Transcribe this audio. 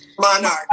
monarch